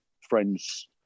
friends